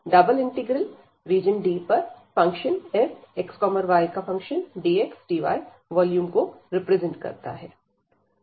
∬Dfxydxdy volume को represent करता है